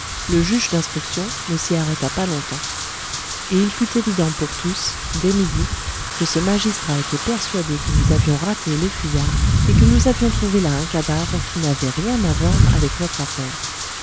le juge d'instruction ne s'y arrêta pas longtemps et il fut évident pour tous dès midi que ce magistrat était persuadé que nous avions raté le fuyard et que nous avions trouvé là un cadavre qui n'avait rien à voir avec notre affaire